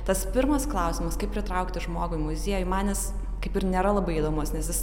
tas pirmas klausimas kaip pritraukti žmogų į muziejų man jis kaip ir nėra labai įdomus nes jis